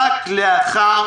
רק לאחר